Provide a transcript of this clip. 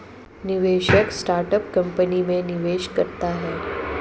निवेशक startup company में निवेश करता है